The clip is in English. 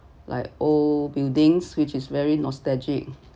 like old buildings which is very nostalgic